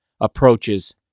approaches